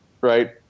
Right